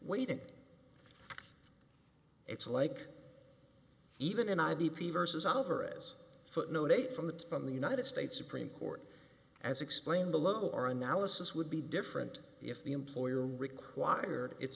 waiting it's like even an i v p versus alvarez footnote a from the from the united states supreme court as explained below our analysis would be different if the employer required it